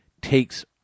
takes